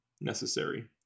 necessary